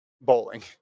bowling